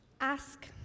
ask